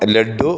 laddu